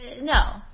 No